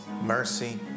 mercy